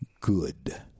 good